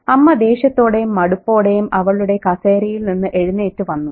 അമ്മ ദേഷ്യത്തോടെയും മടുപ്പോടെയും അവളുടെ കസേരയിൽ നിന്ന് എഴുന്നേറ്റു വന്നു